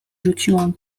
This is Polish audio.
rzuciłam